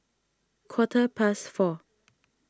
quarter past four